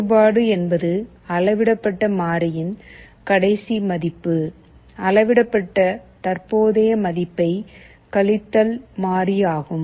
வேறுபாடு என்பது அளவிடப்பட்ட மாறியின் கடைசி மதிப்பு அளவிடப்பட்ட தற்போதைய மதிப்பைக் கழித்தல் மாறி ஆகும்